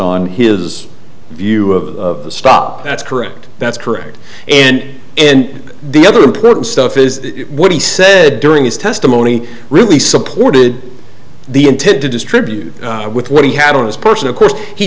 on his view of stop that's correct that's correct and and the other important stuff is what he said during his testimony really supported the intent to distribute with what he had on his person of course he